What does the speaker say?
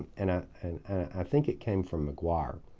and ah and i think it came from mcguire.